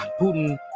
Putin